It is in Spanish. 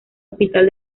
hospital